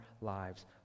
lives